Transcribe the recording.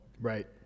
Right